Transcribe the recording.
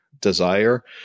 desire